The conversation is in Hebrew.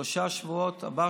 בבת